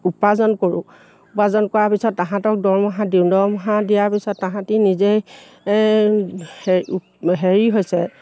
উপাৰ্জন কৰোঁ উপাৰ্জন কৰাৰ পিছত তাহাঁতক দৰমহা দিওঁ দৰমহা দিয়াৰ পিছত তাহাঁতে নিজে হেৰি হৈছে